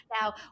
Now